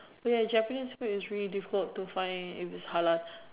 wait a Japanese street is really difficult to find if it's halal